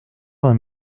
vingt